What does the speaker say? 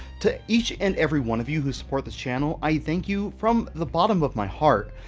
to each and every one of you who support this channel, i thank you from the bottom of my heart.